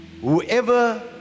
Whoever